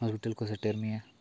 hospital ᱠᱚ ᱥᱮᱴᱮᱨ ᱢᱮᱭᱟ